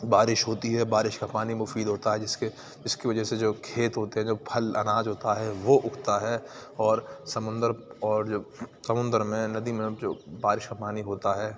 بارش ہوتی ہے بارش کا پانی مفید ہوتا ہے جس کے جس کے وجہ سے جو کھیت ہوتے ہیں جو پھل اناج ہوتا ہے وہ اگتا ہے اور سمندر اور جب سمندر میں ندی میں جو بارش کا پانی ہوتا ہے